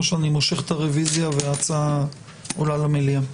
או שאני מושך את הרוויזיה וההצעה עולה למליאה,